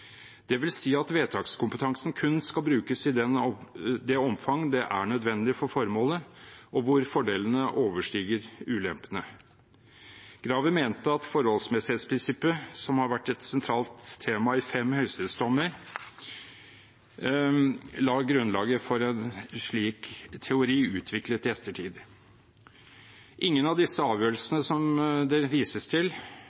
at vedtakskompetansen kun skal brukes i det omfang som er nødvendig for formålet, og der fordelene overstiger ulempene. Graver mente at forholdsmessighetsprinsippet, som har vært et sentralt tema i fem høyesterettsdommer, la grunnlaget for en slik teori, utviklet i ettertid. Ikke i noen av